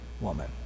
woman